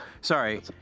Sorry